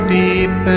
deep